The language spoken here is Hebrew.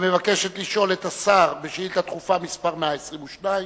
המבקשת לשאול את השר, בשאילתא דחופה מס' 122,